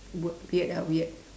w~ weird ah weird